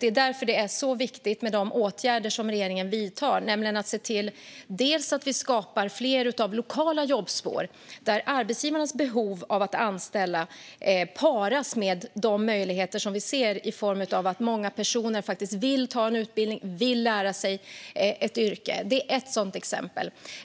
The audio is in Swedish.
Det är därför det är så viktigt med de åtgärder som regeringen vidtar. Vi skapar fler lokala jobbspår, där arbetsgivarnas behov av att anställa paras med de möjligheter som vi ser i form av att många personer vill gå en utbildning och lära sig ett yrke. Det är ett sådant exempel.